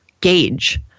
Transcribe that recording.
gauge